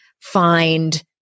find